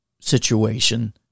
situation